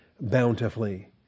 bountifully